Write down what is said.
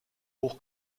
hoch